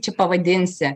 čia pavadinsi